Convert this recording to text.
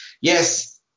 Yes